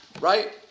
Right